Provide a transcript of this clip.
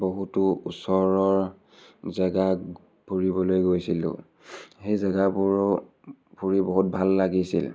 বহুতো ওচৰৰ জেগা ফুৰিবলৈ গৈছিলোঁ সেই জেগাবোৰো ফুৰি বহুত ভাল লাগিছিল